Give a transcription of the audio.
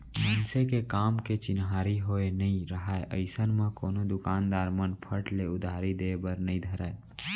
मनसे के काम के चिन्हारी होय नइ राहय अइसन म कोनो दुकानदार मन फट ले उधारी देय बर नइ धरय